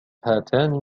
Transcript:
هاتان